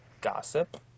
gossip